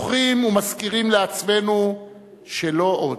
זוכרים ומזכירים לעצמנו שלא עוד,